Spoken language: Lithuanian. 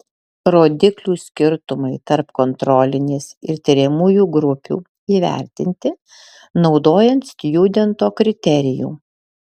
rodiklių skirtumai tarp kontrolinės ir tiriamųjų grupių įvertinti naudojant stjudento kriterijų